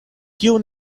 kiu